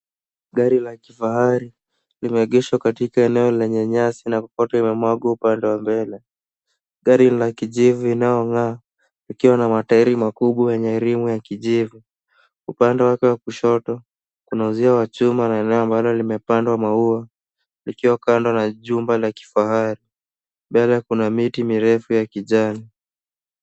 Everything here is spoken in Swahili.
Gari la kifahari limeengeshwa katika eneo lenye nyasi na kokoto imemwangwa upande wa mbele. Gari la kijivu inayonga'aa ikiwa na matairi makubwa yenye rim ya kijivu. Upande wake wa kushoto kuna uzio wa chuma na eneo ambalo limepandwa maua likiwa kando na jumba la kifahari. Mbele kuna miti mirefu ya kijani.